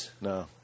No